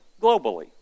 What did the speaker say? globally